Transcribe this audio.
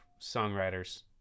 songwriters